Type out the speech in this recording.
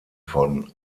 von